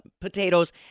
Potatoes